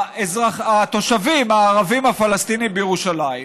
התושבים הערבים הפלסטינים בירושלים,